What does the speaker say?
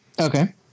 Okay